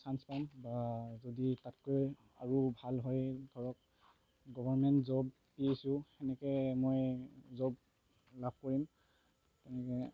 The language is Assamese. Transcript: চাঞ্চ পাম যদি তাতকৈ আৰু ভাল হয় ধৰক government job P S U এনেকৈ মই জব লাভ কৰিম এনেকৈ